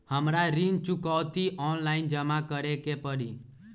हमरा ऋण चुकौती ऑनलाइन जमा करे के परी?